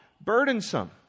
burdensome